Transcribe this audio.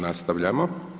Nastavljamo.